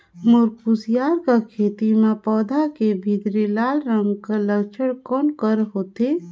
मोर कुसियार कर खेती म पौधा के भीतरी लाल रंग कर लक्षण कौन कर होथे?